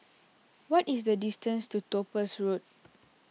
what is the distance to Topaz Road